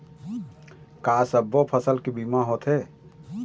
का सब्बो फसल के बीमा होथे?